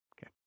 Okay